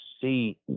see